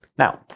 now,